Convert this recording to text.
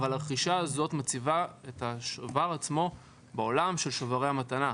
אבל הרכישה הזו מציבה את השובר עצמו בעולם של שוברי המתנה.